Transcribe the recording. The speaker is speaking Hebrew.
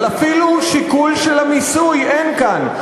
אבל אפילו שיקול של המיסוי אין כאן.